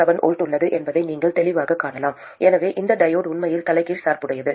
7 V உள்ளது என்பதை நீங்கள் தெளிவாகக் காணலாம் எனவே இந்த டையோடு உண்மையில் தலைகீழ் சார்புடையது